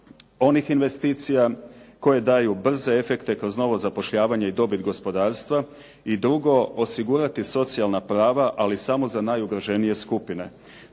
onih investicija koje daju brze efekte kroz novo zapošljavanje i dobit gospodarstva i drugo, osigurati socijalna prava, ali samo za najugroženije skupine.